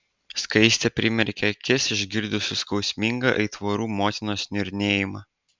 skaistė primerkė akis išgirdusi skausmingą aitvarų motinos niurnėjimą